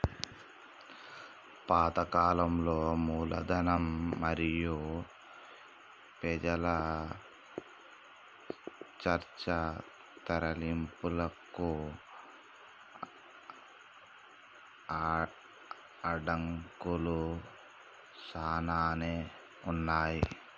పాత కాలంలో మూలధనం మరియు పెజల చర్చ తరలింపునకు అడంకులు సానానే ఉన్నాయి